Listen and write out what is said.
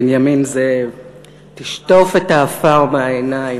בנימין זאב / תשטוף את העפר מן העיניים,